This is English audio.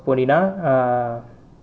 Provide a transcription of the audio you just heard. போனேனா:ponaenaa ah